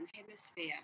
hemisphere